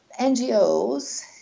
NGOs